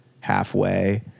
halfway